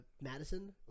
Madison